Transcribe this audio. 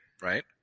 right